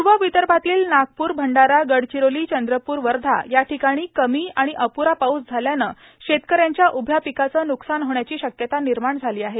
पूर्व विदर्भातील नागपूर भंडारा गडचिरोली चंद्रपूर वर्धा या ठिकाणी कमी आणि अपूरा पाऊस झाल्यानं शेतकऱ्यांच्या उभ्या पिकाचं व्रकसान होण्याची शक्यता निर्माण झाली आहे